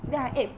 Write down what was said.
ya